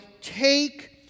take